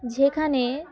যেখানে